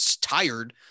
tired